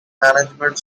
management